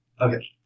Okay